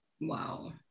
wow